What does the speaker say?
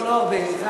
לא, לא הרבה.